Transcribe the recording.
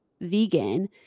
vegan